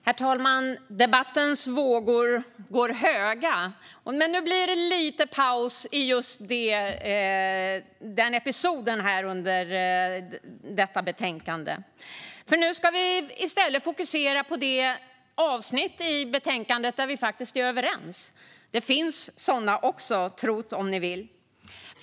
Herr talman! Debattens vågor går höga. Men nu blir det lite paus i det, för nu ska vi i stället fokusera på det avsnitt i betänkandet där vi faktiskt är överens. Det finns sådana också - tro ́t om ni vill.